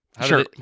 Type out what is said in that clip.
Sure